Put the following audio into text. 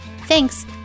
Thanks